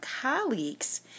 colleagues